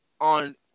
on